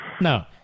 No